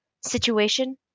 situation